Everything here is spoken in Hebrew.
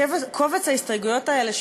קובץ ההסתייגויות האלה,